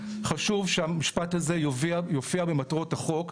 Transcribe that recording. חשוב שהמשפט הזה יופיע במטרות החוק,